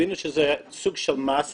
הבנו שזה סוג של מס אמנם,